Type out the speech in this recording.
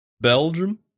Belgium